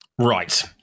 Right